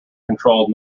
control